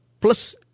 Plus